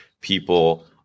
people